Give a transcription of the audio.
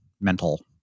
mental